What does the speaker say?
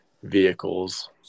Vehicles